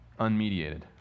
unmediated